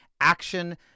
action